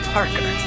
Parker